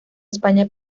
españa